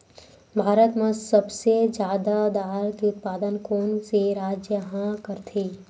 भारत मा सबले जादा दाल के उत्पादन कोन से राज्य हा करथे?